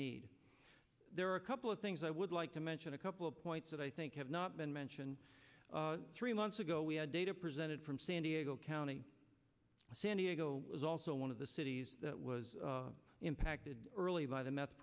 need there are a couple of things i would like to mention a couple of points that i think have not been mentioned three months ago we had data presented from san diego county san diego was also one of the cities that was packed early by the met